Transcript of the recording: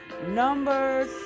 Number